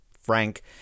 Frank